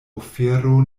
ofero